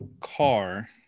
car